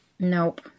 Nope